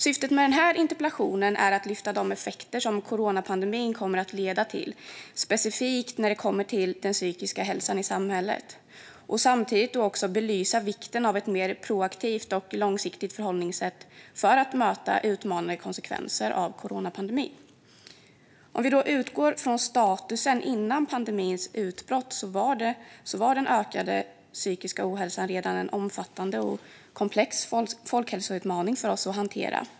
Syftet med min interpellation är att lyfta fram de effekter som coronapandemin kan komma att ge på specifikt den psykiska hälsan i samhället och samtidigt belysa vikten av ett mer proaktivt och långsiktigt förhållningssätt för att möta utmanande konsekvenser av coronapandemin. Redan före pandemin var den ökande psykiska ohälsan en omfattande och komplex folkhälsoutmaning för oss att hantera.